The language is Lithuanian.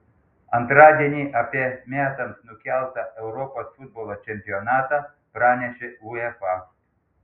antradienį apie metams nukeltą europos futbolo čempionatą pranešė uefa